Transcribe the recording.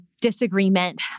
disagreement